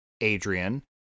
Adrian